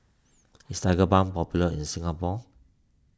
is Tigerbalm popular in Singapore